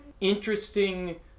Interesting